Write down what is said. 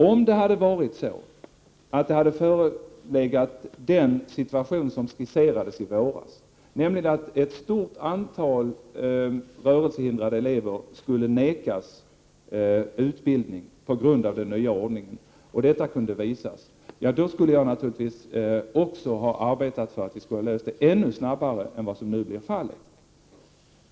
Om den situation som skisserades i våras hade förelegat, nämligen att ett stort antal rörelsehindrade elever nekades utbildning på grund av den nya ordningen och detta kunde visas, skulle jag naturligtvis också ha arbetat för att problemet skulle ha lösts ännu snabbare än som nu blir fallet.